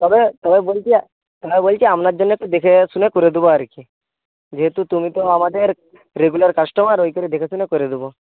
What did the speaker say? তবে তবে বলছি হ্যাঁ বলছি আপনার জন্য একটু দেখে শুনে করে দেবো আর কি যেহেতু তুমি তো আমাদের রেগুলার কাস্টোমার ওই করে দেখে শুনে করে দেবো